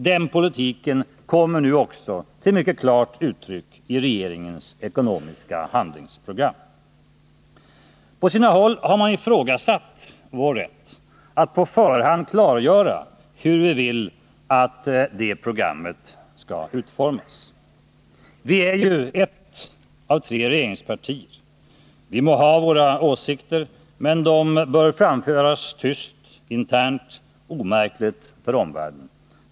Den politiken kommer nu också till klart uttryck i regeringens ekonomiska handlingsprogram. På sina håll har man ifrågasatt vår rätt att på förhand klargöra hur vi vill att det programmet skall utformas. Vi är ju ett av tre regeringspartier. Vi må ha våra åsikter, men de bör framföras tyst, internt, omärkligt för omvärlden.